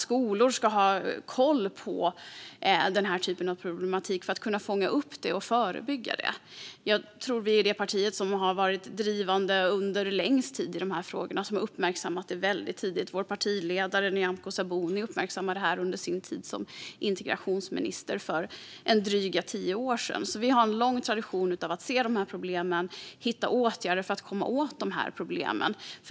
Skolor ska ha koll på sådan problematik för att kunna fånga upp och förebygga den. Jag tror att vi är det parti som har drivit dessa frågor under längst tid. Vi uppmärksammade det här väldigt tidigt. Vår partiledare Nyamko Sabuni uppmärksammade det här under sin tid som integrationsminister för drygt tio år sedan. Vi har alltså en lång tradition av att se de här problemen och hitta åtgärder för att komma åt dem.